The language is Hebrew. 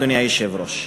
אדוני היושב-ראש.